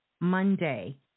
Monday